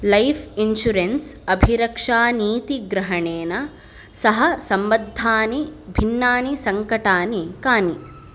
life insurance अभिरक्षानीतिग्रहणेन सह सम्बद्धानि भिन्नानि सङ्कटानि कानि